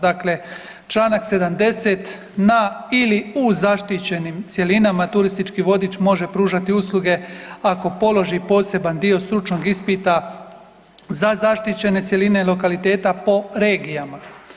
Dakle, člana 70. na ili u zaštićenim cjelinama, turistički vodič može pružati usluge ako položi poseban dio stručnog ispita za zaštićene cjeline i lokalitete po regijama.